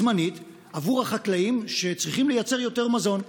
זמנית, עבור החקלאים שצריכים לייצר יותר מזון.